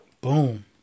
Boom